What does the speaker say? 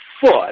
foot